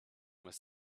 was